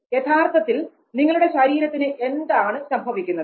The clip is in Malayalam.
യഥാർത്ഥത്തിൽ നിങ്ങളുടെ ശരീരത്തിന് എന്താണ് സംഭവിക്കുന്നത്